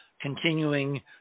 continuing